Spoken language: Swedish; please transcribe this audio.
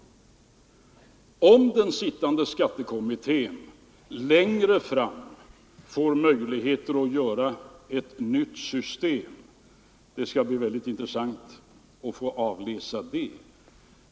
Om den sittande skattekommittén längre fram får möjligheter att göra ett nytt system, skall det bli mycket intressant att få avläsa det.